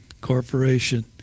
Corporation